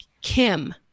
Kim